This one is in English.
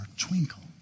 twinkle